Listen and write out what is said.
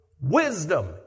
wisdom